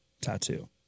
tattoo